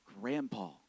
grandpa